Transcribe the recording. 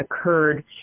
occurred